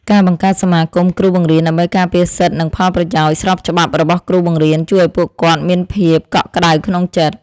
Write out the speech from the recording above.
ការបង្កើតសមាគមគ្រូបង្រៀនដើម្បីការពារសិទ្ធិនិងផលប្រយោជន៍ស្របច្បាប់របស់គ្រូបង្រៀនជួយឱ្យពួកគាត់មានភាពកក់ក្តៅក្នុងចិត្ត។